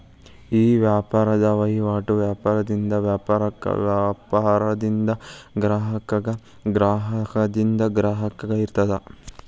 ಈ ವ್ಯಾಪಾರದ್ ವಹಿವಾಟು ವ್ಯಾಪಾರದಿಂದ ವ್ಯಾಪಾರಕ್ಕ, ವ್ಯಾಪಾರದಿಂದ ಗ್ರಾಹಕಗ, ಗ್ರಾಹಕರಿಂದ ಗ್ರಾಹಕಗ ಇರ್ತದ